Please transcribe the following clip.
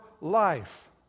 life